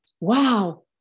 wow